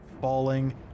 falling